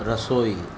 રસોઈ